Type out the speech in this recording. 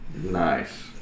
Nice